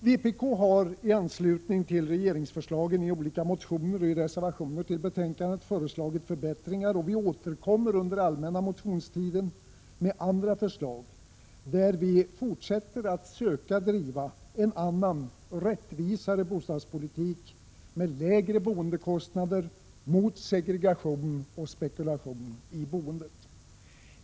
Vpk har i anslutning till regeringsförslagen i olika motioner och i reservationer till betänkandet föreslagit förbättringar, och vi återkommer under den allmänna motionstiden med ytterligare förslag, där vi fortsätter att söka driva en annan, rättvisare bostadspolitik för lägre boendekostnader och mot segregation och spekulation i boendet.